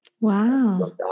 wow